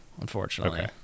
unfortunately